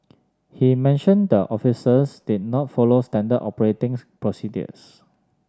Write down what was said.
he mentioned the officers did not follow standard operating procedures